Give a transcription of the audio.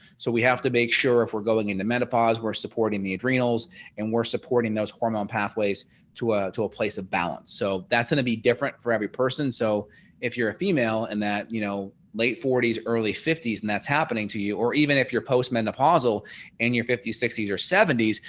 so we have to make sure if we're going into menopause we're supporting the adrenals and we're supporting those hormone pathways to ah to a place of balance. so that's going to be different for every person. so if you're a female and that you know late forty s early fifty s and that's happening to you or even if you're postmenopausal in and your fifty s sixty s or seventy s,